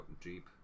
jeep